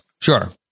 sure